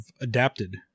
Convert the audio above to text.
adapted